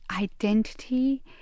identity